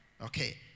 Okay